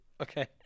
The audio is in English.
Okay